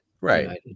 Right